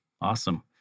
Awesome